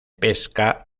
pesca